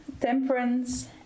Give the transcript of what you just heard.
temperance